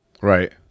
Right